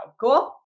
Cool